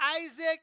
Isaac